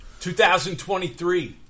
2023